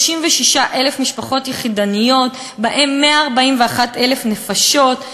36,000 משפחות יחידניות, ובהן 141,000 נפשות.